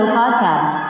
podcast